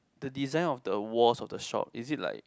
the design of the walls of the shop is it like